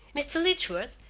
mr. letchworth,